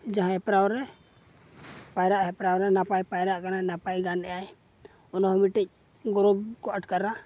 ᱡᱟᱦᱟᱸᱭ ᱦᱮᱯᱨᱟᱣᱨᱮ ᱯᱟᱭᱨᱟᱜ ᱦᱮᱯᱨᱟᱣᱨᱮ ᱱᱟᱯᱟᱭ ᱯᱟᱭᱨᱟᱜ ᱠᱟᱱᱟᱭ ᱱᱟᱯᱟᱭ ᱜᱟᱱᱮᱫᱟᱭ ᱚᱱᱟᱦᱚᱸ ᱢᱤᱫᱴᱮᱡ ᱜᱚᱨᱚᱵᱽᱠᱚ ᱟᱴᱠᱟᱨᱟ